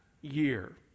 year